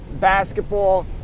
basketball